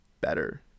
better